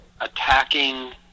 attacking